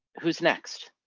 who's next?